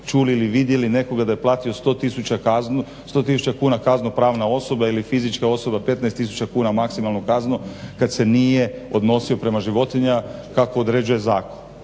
čuli ili vidjeli nekoga da je platio 100000 kuna kaznu, pravna osoba ili fizička osoba 15000 kuna maksimalnu kaznu kad se nije odnosio prema životinjama kako određuje zakon.